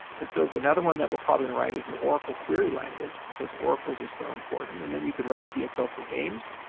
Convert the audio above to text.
and so, but another one that we're probably gonna write is an oracle query language because oracles are so important. and then you could write a dsl for games.